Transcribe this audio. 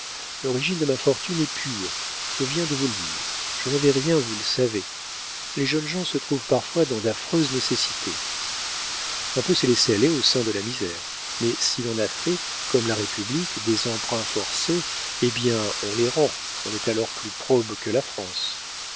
l'origine de ma fortune est pure je viens de vous la dire je n'avais rien vous le savez les jeunes gens se trouvent parfois dans d'affreuses nécessités on peut se laisser aller au sein de la misère mais si l'on a fait comme la république des emprunts forcés eh bien on les rend on est alors plus probe que la france